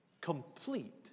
complete